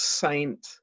saint